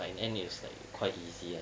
but in the end it's like quite easy